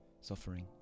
suffering